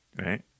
right